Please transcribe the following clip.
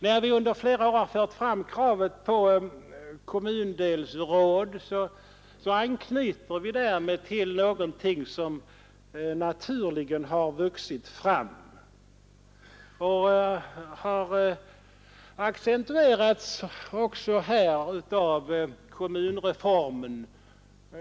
När vi under flera år fört fram kravet på kommundelsråd, har vi anknutit till någonting som vuxit fram naturligt och som har accentuerats av kommunreformen.